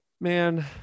man